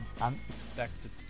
unexpected